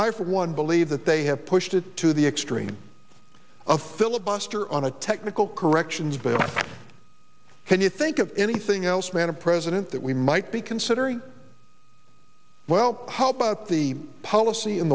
i for one believe that they have pushed it to the extreme of filibuster on a technical corrections but can you think of anything else man a president that we might be considering well how about the policy in